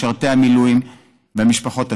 משרתי המילואים והמשפחות הצעירות.